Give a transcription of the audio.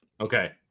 Okay